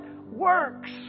works